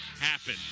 happen